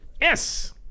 Yes